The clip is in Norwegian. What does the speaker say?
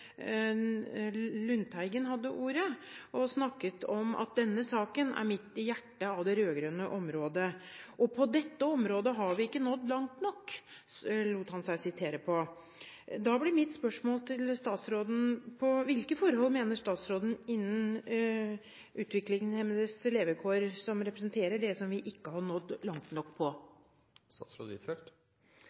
Lundteigen hadde ordet og snakket om at denne saken er midt i hjertet av det rød-grønne området. «På dette området har vi ikke nådd langt nok», lot han seg sitere på. Da blir mitt spørsmål til statsråden: Hvilke forhold innen de utviklingshemmedes levekår mener statsråden representerer det vi ikke har nådd langt nok på?